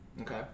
Okay